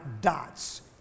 dots